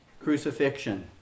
crucifixion